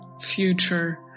future